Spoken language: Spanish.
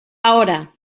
ahora